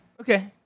Okay